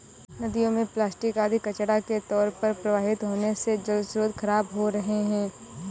नदियों में प्लास्टिक आदि कचड़ा के तौर पर प्रवाहित होने से जलस्रोत खराब हो रहे हैं